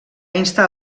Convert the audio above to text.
instar